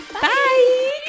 Bye